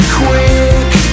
quick